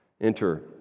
Enter